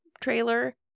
trailer